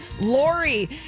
Lori